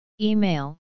Email